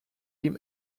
him